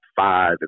five